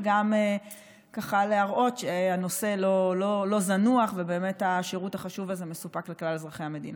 וגם להראות שהנושא לא זנוח ושהשירות החשוב הזה מסופק לכלל אזרחי המדינה.